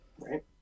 right